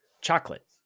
Chocolate